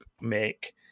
make